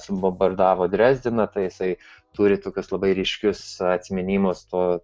subombardavo drezdeną tai jisai turi tokius labai ryškius atsiminimus to